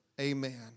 Amen